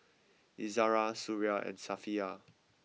Izara Suria and Safiya